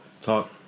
talk